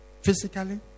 physically